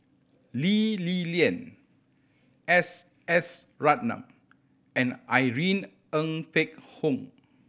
Lee Li Lian S S Ratnam and Irene Ng Phek Hoong